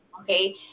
Okay